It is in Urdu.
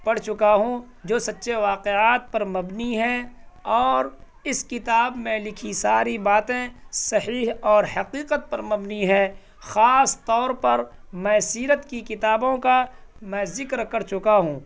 پڑھ چکا ہوں جو سچے واقعات پر مبنی ہیں اور اس کتاب میں لکھی ساری باتیں صحیح اور حقیقت پر مبنی ہیں خاص طور پر میں سیرت کی کتابوں کا میں ذکر کر چکا ہوں